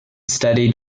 studied